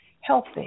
healthy